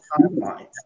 timeline